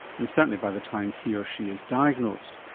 and certainly by the time he or she is diagnosed.